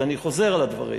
אז אני חוזר על הדברים.